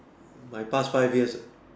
my past five years